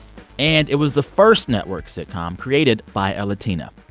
and it was the first network sitcom created by a latina.